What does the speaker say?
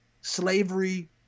slavery